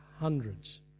Hundreds